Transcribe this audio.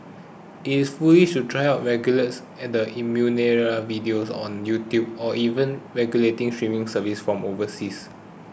it is foolish to try of regulates and the innumerable videos on YouTube or even regulating streaming services from overseas